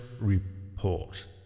report